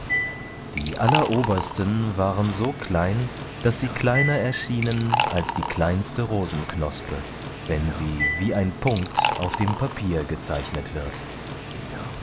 die allerobersten waren so klein daß sie kleiner erschienen als die kleinste rosenknospe wenn sie wie ein punkt auf dem papier gezeichnet wird